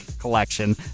collection